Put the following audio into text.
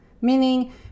Meaning